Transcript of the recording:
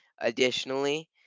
Additionally